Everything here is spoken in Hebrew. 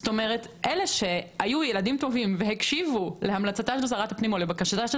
אלה שהיו ילדים טובים והקשיבו להמלצתה או בקשתה של